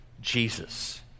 Jesus